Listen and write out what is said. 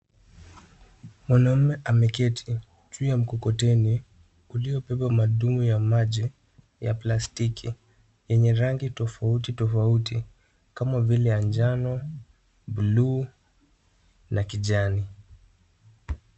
Mwanaume ameketi juu ya mkokoteni uliobeba matungi ya maji ya plastiki yenye rangi tofauti tofauti kama vile ya njano, buluu na kijani.